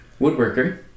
woodworker